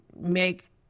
make